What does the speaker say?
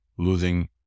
Losing